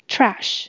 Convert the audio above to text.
Trash